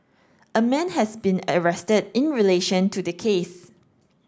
a man has been arrested in relation to the case